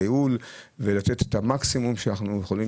לייעול ולתת את המקסימום שאנחנו יכולים